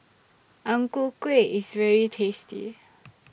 Ang Ku Kueh IS very tasty